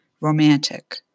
Romantic